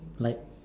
like